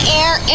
air